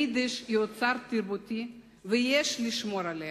היידיש היא אוצר תרבותי, ויש לשמור עליה,